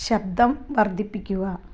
ശബ്ദം വർദ്ധിപ്പിക്കുക